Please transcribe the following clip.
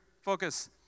focus